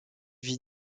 vit